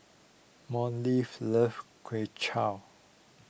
loves Kway Chap